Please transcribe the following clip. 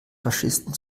faschisten